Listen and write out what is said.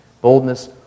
Boldness